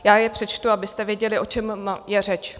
Já je přečtu, abyste věděli, o čem je řeč.